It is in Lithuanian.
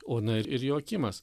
ona ir joakimas